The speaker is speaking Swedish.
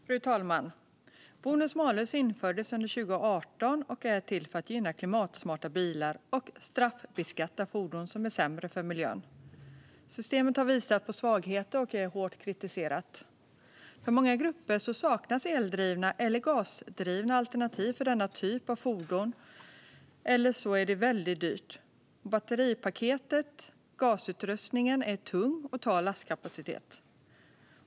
Fru talman! Bonus-malus infördes under 2018 och är till för att gynna klimatsmarta bilar och straffbeskatta fordon som är sämre för miljön. Systemet har visat på svagheter och är hårt kritiserat. För många grupper saknas eldrivna eller gasdrivna alternativ för denna typ av fordon. Det kan också vara väldigt dyrt. Batteripaketet och gasutrustningen är tunga och tar lastkapacitet.